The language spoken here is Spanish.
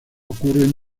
ocurren